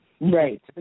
Right